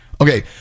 okay